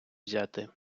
взяти